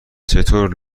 چطور